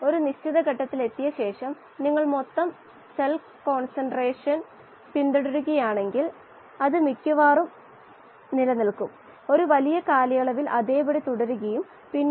ദ്രാവക ഘട്ടത്തിന്റെ സാന്ദ്രതയുടെ സന്തുലിതാവസ്ഥയുമായി ബന്ധപ്പെട്ട വാതക ഘട്ടവും xALആണ്